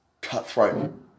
cutthroat